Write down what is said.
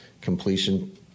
completion